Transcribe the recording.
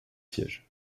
sièges